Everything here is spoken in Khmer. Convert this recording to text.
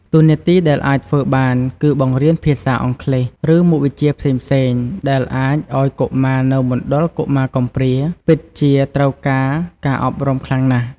តួនាទីដែលអាចធ្វើបាន គឺបង្រៀនភាសាអង់គ្លេស ឬមុខវិជ្ជាផ្សេងៗដែលអាចឲ្យកុមារនៅមណ្ឌលកុមារកំព្រាពិតជាត្រូវការការអប់រំខ្លាំងណាស់។